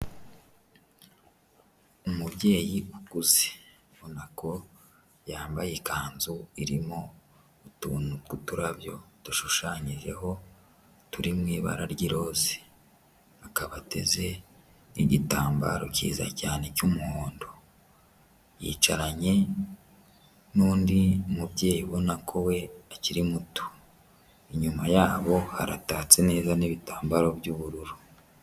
Umubyeyi ukuze, ubonako yambaye ikanzu irimo utuntu tw'uturabyo dushushanyijeho turi mu ibara ry'irose, akaba ateze nk'igitambaro cyiza cyane cy'umuhondo, yicaranye n'undi mubyeyi ubona ko we akiri muto, inyuma yabo haratatse neza n'ibitambaro by'ubururu.